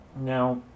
now